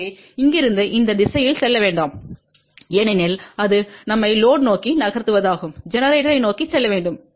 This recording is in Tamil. எனவே இங்கிருந்து இந்த திசையில் செல்ல வேண்டாம் ஏனெனில் இது நம்மை லோடு நோக்கி நகர்த்துவதாகும் ஜெனரேட்டரை நோக்கி செல்ல வேண்டும்